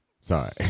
Sorry